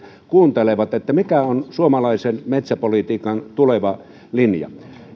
kuuntelevat että mikä on suomalaisen metsäpolitiikan tuleva linja